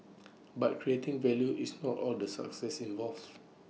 but creating value is not all the success involves